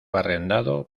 arrendado